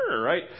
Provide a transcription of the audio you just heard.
right